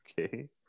Okay